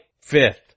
fifth